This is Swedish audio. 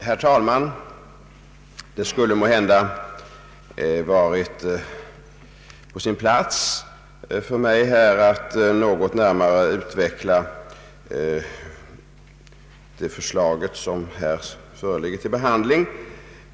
Herr talman! Det skulle måhända varit på sin plats för mig att något närmare utveckla det förslag som nu föreligger till behandling.